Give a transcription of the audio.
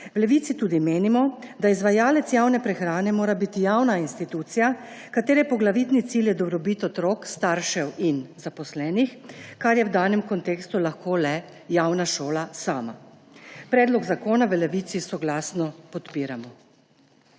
V Levici tudi menimo, da izvajalec javne prehrane mora biti javna institucija, katere poglavitni cilj je dobrobit otrok, staršev in zaposlenih, kar je v danem kontekstu lahko le javna šola sama. Predlog zakona v Levici soglasno podpiramo.